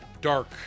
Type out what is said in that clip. dark